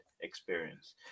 experience